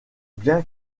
bien